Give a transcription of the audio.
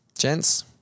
gents